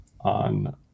on